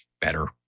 better